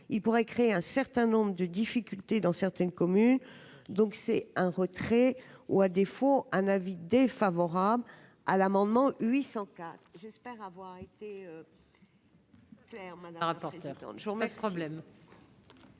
il pourrait créer un certain nombre de difficultés dans certaines communes, donc c'est un retrait ou à défaut un avis défavorable à l'amendement 800 cas j'espère avoir été. Pierre Mazars rapporteur interne